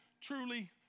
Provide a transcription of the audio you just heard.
truly